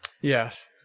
Yes